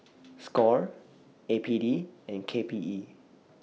SCORE A P D and K P E